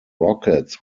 rockets